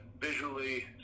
visually